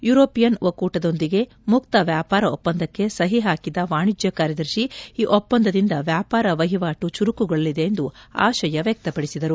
European ಒಕ್ಕೊಟದೊಂದಿಗೆ ಮುಕ್ತ ವ್ಯಾಪಾರ ಒಪ್ಪಂದಕ್ಕೆ ಸಹಿ ಹಾಕಿದ ವಾಣಿಜ್ಯ ಕಾರ್ಯದರ್ತಿ ಈ ಒಪ್ಪಂದದಿಂದ ವ್ಯಾಪಾರ ವಹಿವಾಟು ಚುರುಕುಗೊಳ್ಳಲಿದೆ ಎಂದು ಆಶಯ ವ್ಯಕ್ತಪಡಿಸಿದರು